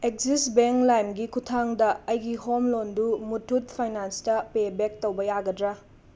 Axis bank ꯂꯥꯏꯝꯒꯤ ꯈꯨꯊꯥꯡꯗ ꯑꯩꯒꯤ ꯍꯣꯝ ꯂꯣꯟꯗꯨ ꯃꯨꯊꯨꯠ ꯐꯥꯏꯅꯥꯟꯁꯇ ꯄꯦ ꯕꯦꯛ ꯇꯧꯕ ꯌꯥꯒꯗ꯭ꯔ